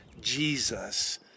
Jesus